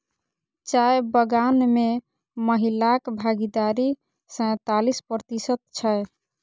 चाय बगान मे महिलाक भागीदारी सैंतालिस प्रतिशत छै